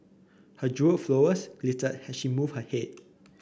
her jewelled flowers glittered as she moved her head